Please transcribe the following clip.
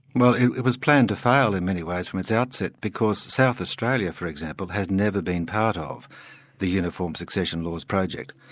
well it was planned to fail in many ways from its outset, because south australia, for example, has never been part of the uniform succession laws project.